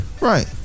Right